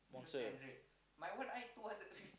sponsor